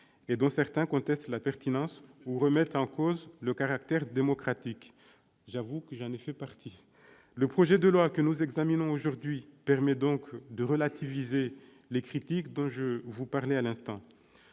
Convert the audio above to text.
et dont certains contestent la pertinence ou remettent en cause le caractère démocratique. J'avoue que j'en ai fait partie ... Le projet de loi que nous examinons permet donc de relativiser les critiques dont je vous parlais à l'instant